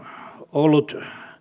ollut sikäli erikoinen